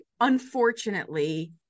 unfortunately